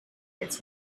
its